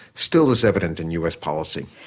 still is evident in us policy.